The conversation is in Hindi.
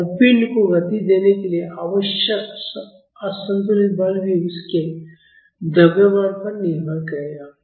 और पिंड को गति देने के लिए आवश्यक असंतुलित बल भी उसके द्रव्यमान पर निर्भर करेगा